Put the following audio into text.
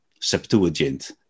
septuagint